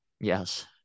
Yes